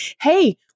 hey